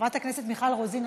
חברת הכנסת מיכל רוזין,